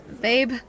babe